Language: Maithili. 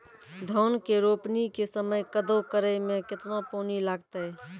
धान के रोपणी के समय कदौ करै मे केतना पानी लागतै?